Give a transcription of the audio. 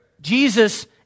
Jesus